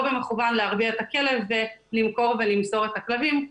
במכוון להרביע את הכלב ולמכור ולמסור את הכלבים.